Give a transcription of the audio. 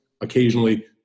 occasionally